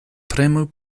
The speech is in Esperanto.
premu